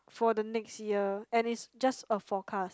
for the next year and it's just a forecast